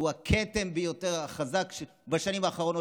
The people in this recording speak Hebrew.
שהוא הכתם החזק ביותר שהיה בשנים האחרונות,